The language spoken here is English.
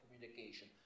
communication